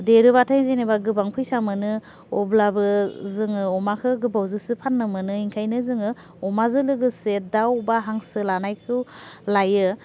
देरोबाथाय जेनेबा गोबां फैसा मोनो अब्लाबो जोङो अमाखौ गोबावजोंसो फान्नो मोनो ओंखायनो जोङो अमाजों लोगोसे दाव बा हांसो लानायखौ लायो